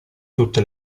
tutte